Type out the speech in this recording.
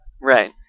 Right